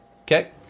Okay